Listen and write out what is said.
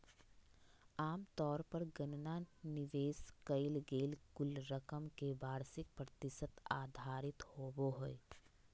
आमतौर पर गणना निवेश कइल गेल कुल रकम के वार्षिक प्रतिशत आधारित होबो हइ